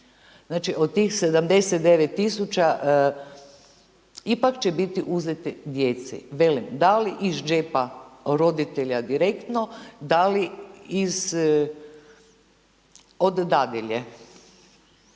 Znači od tih 79.000 ipak će biti uzeti djeci. Velim, da li iz džepa roditelja direktno, da li iz od dadilje.